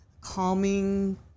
calming